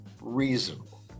reasonable